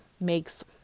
makes